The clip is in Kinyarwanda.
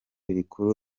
rikuru